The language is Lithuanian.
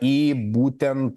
į būtent